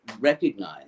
recognize